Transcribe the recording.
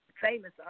famous